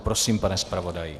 Prosím, pane zpravodaji.